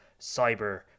Cyber